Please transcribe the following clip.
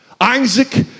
Isaac